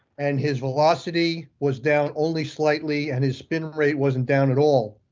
an his velocity was down only slightly, and his spin rate wasn't down at all.